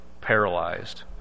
paralyzed